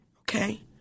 okay